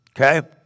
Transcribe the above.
Okay